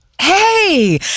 Hey